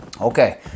Okay